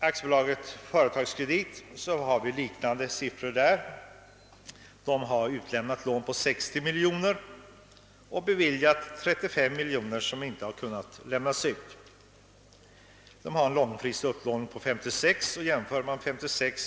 AB Företagskredit redovisar liknande siffror, utlämnade lån på 60 miljoner kronor och beviljade lån på 35 miljoner kronor som inte har kunnat lämnas ut. Man har en långfristig upplåning på 56 miljoner kronor.